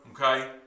okay